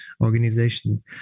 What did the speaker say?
organization